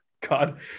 God